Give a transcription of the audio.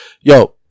yo